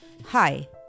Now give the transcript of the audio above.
Hi